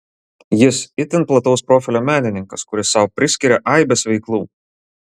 jis itin plataus profilio menininkas kuris sau priskiria aibes veiklų